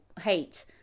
hate